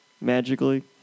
magically